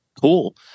Cool